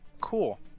Cool